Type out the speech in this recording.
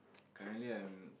currently I'm